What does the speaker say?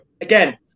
again